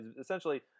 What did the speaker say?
essentially